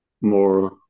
More